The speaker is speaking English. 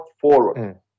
forward